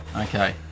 Okay